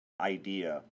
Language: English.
idea